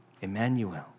Emmanuel